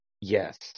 Yes